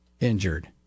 injured